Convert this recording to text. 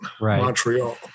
Montreal